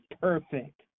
perfect